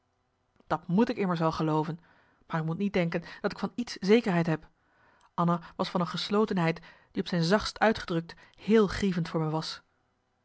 dat moet ik immers wel gelooven maar u moet niet denken dat ik van iets zekerheid heb anna was van een geslotenheid die op zijn zachtst uitgedrukt heel grievend voor me was